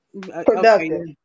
Productive